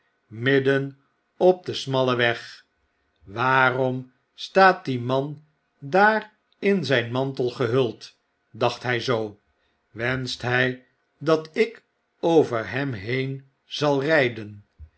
midden op den smallen weg waarom staat die man daar in zjjn mantel gehuld dacht hu zoo wenscht hy dat ik over hem heen zal rflden